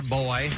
boy